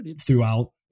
throughout